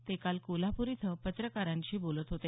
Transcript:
ते काल कोल्हापूर इथे पत्रकारांशी बोलत होते